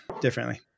differently